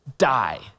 die